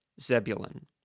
Zebulun